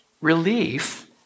relief